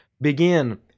begin